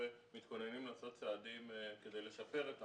מתכוננים לעשות צעדים כדי לשפר את המצב,